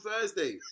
Thursday